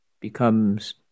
becomes